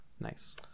nice